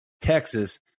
Texas